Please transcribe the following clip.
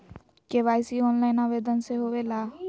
KYC online आवेदन से होवे ला?